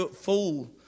fool